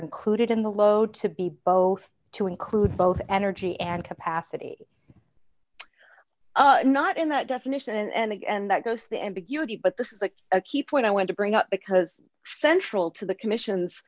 included in the low to be both to include both energy and capacity not in that definition and that goes the ambiguity but this is like a key point i want to bring up because central to the commission